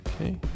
Okay